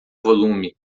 volume